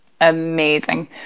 amazing